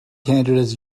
candidates